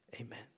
Amen